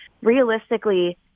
Realistically